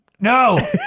No